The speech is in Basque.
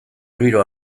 giro